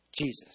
Jesus